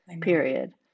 period